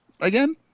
again